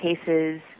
cases